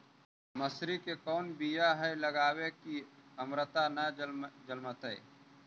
मसुरी के कोन बियाह लगइबै की अमरता न जलमतइ?